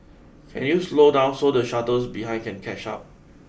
can you slow down so the shuttles behind can catch up